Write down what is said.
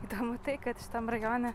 įdomu tai kad šitam rajone